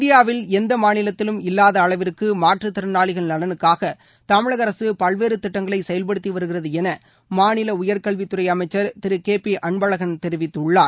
இந்தியாவில் எந்த மாநிலத்திலும் இல்லாத அளவிற்கு மாற்றுத்திறனாளிகள் நலனுக்காக தமிழக அரசு பல்வேறு திட்டங்களை செயல்படுத்தி வருகிறது என மாநில உயர்கல்வித்துறை அமைச்சர் திரு கே பி அன்பழகன் தெரிவித்துள்ளார்